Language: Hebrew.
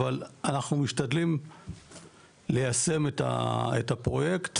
אבל אנחנו משתדלים ליישם את הפרויקט.